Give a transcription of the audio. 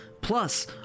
Plus